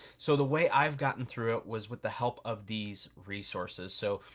so the way i've gotten through it was with the help of these reasources. so,